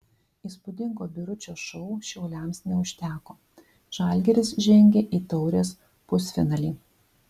įspūdingo biručio šou šiauliams neužteko žalgiris žengė į taurės pusfinalį